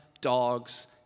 dogs